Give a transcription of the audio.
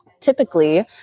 Typically